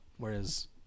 Whereas